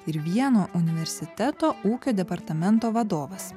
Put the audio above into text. ir vieno universiteto ūkio departamento vadovas